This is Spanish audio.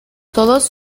todos